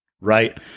Right